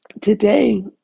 today